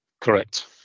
Correct